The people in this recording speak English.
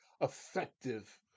effective